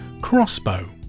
Crossbow